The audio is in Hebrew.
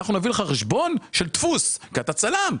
אנחנו נביא לך חשבון של דפוס כי אתה צלם.